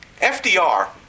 FDR